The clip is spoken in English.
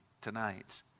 tonight